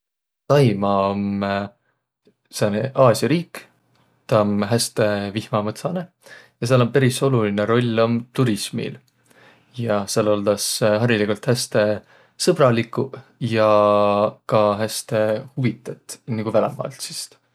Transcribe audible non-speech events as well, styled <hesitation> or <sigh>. Taimaa om <hesitation> sääne Aasia riik. Tä om häste vihmamõtsanõ. Ja sääl om peris olulinõ roll om turismil. Ja sääl oldas hariligult häste sõbraliguq ja ka häste huvitõt nigu välämaalaisist.